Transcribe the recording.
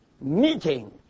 meeting